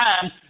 time